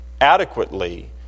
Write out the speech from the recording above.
adequately